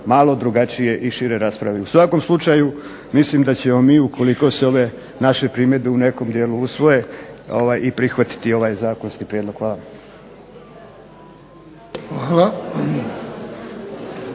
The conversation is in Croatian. malo drugačije i šire raspravi. U svakom slučaju mislim da ćemo mi ukoliko se ove naše primjedbe u nekom dijelu usvoje i prihvatiti ovaj zakonski prijedlog. Hvala.